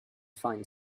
find